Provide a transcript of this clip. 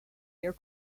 year